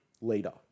leader